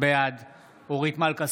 בעד אורית מלכה